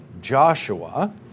Joshua